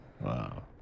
Wow